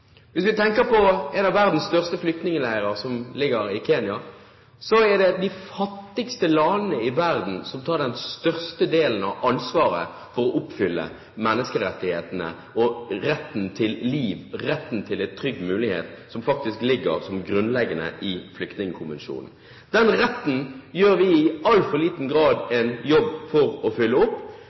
Hvis vi tenker på en av verdens største flyktningleire som ligger i Kenya, er det de fattigste landene i verden som tar den største delen av ansvaret for å oppfylle menneskerettighetene og retten til liv og retten til en trygg mulighet som faktisk er grunnleggende i Flyktningkonvensjonen. Den retten gjør vi i altfor liten grad en jobb for å